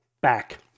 back